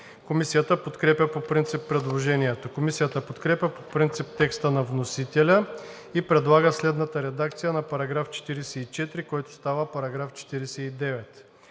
Комисията подкрепя по принцип предложението. Комисията подкрепя по принцип текста на вносителя и предлага следната редакция на § 44, който става § 49: „§ 49.